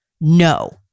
no